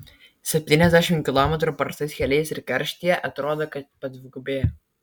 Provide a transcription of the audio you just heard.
septyniasdešimt kilometrų prastais keliais ir karštyje atrodo kad padvigubėja